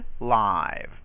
live